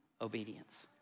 obedience